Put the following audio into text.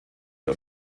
der